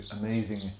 amazing